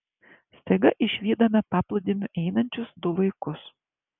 staiga išvydome paplūdimiu einančius du vaikus